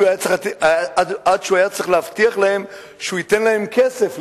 עד שהוא היה צריך להבטיח להם שהוא ייתן להם כסף,